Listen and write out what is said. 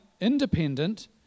independent